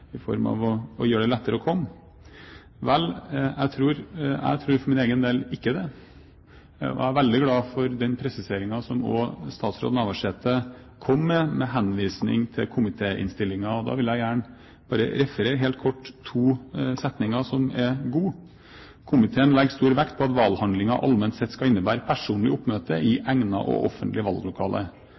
i form av å gjøre det lettere å komme? Jeg tror for min egen del ikke det. Jeg er veldig glad for den presiseringen som statsråd Navarsete kom med, med henvisning til komitéinnstillingen. Da vil jeg gjerne bare referere helt kort to setninger som er gode: «Komiteen legg stor vekt på at valhandlinga ålment sett skal innebera personleg oppmøte i eigna og